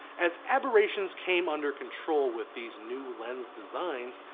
as aberrations came under control with these new lens designs,